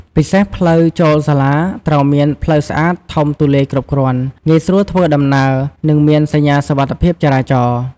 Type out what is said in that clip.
ពិសេសផ្លូវចូលសាលា ត្រូវមាន ផ្លូវស្អាត ធំទូលាយគ្រប់គ្រាន់ ងាយស្រួលធ្វើដំណើរ និងមានសញ្ញាសុវត្ថិភាពចរាចរណ៍។